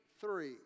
three